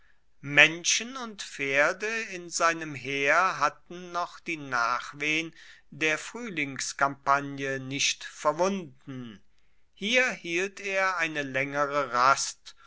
menschen und pferde in seinem heer hatten noch die nachwehen der fruehlingskampagne nicht verwunden hier hielt er eine laengere rast